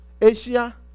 Asia